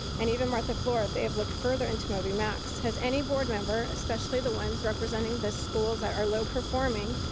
and even martha fluor if they have looked further into moby max. has any board member, especially the ones representing the schools that are low performing,